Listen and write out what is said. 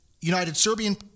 United-Serbian